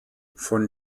von